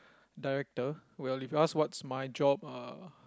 director well if you ask what's my job uh